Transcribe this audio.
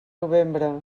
novembre